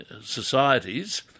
societies